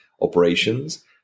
operations